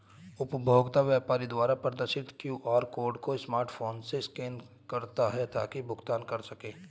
उपभोक्ता व्यापारी द्वारा प्रदर्शित क्यू.आर कोड को स्मार्टफोन से स्कैन करता है ताकि भुगतान कर सकें